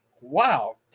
wow